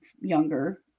younger